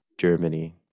Germany